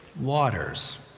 waters